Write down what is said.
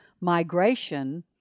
migration